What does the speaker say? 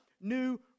new